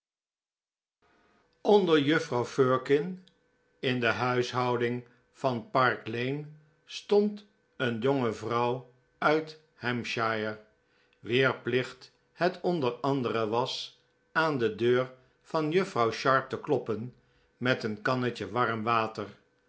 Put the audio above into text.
onder juffrouw firkin in de huishouding van park lane stond een jonge vrouw uit hampshire wier plicht het onder andere was aan de deur van juffrouw sharp te kloppen met een kannetje warm water